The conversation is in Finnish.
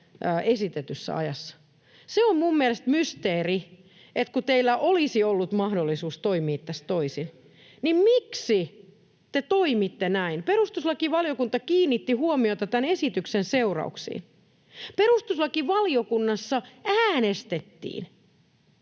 esitetyssä ajassa. Se on mielestäni mysteeri, kun teillä olisi ollut mahdollisuus toimia tässä toisin, miksi te toimitte näin. Perustuslakivaliokunta kiinnitti huomiota tämän esityksen seurauksiin. Perustuslakivaliokunnassa äänestettiin